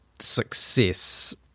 success